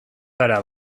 gara